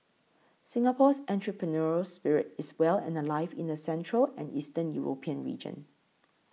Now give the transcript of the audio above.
Singapore's entrepreneurial spirit is well and alive in the central and Eastern European region